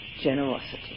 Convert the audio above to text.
Generosity